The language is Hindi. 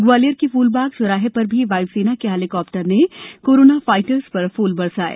ग्वालियर के फ्लबाग चौराहे पर भी वाय्सेना के हैलिकॉप्टर ने कोरोना फाइटर्स पर फूल बरसाये